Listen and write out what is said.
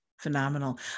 phenomenal